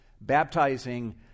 baptizing